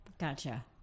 Gotcha